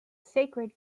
sacred